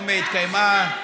היום התקיימה,